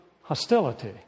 hostility